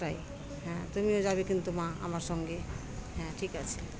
তাই হ্যাঁ তুমিও যাবে কিন্তু মা আমার সঙ্গে হ্যাঁ ঠিক আছে